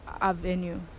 avenue